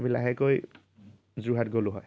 আমি লাহেকৈ যোৰহাট গ'লোঁ হয়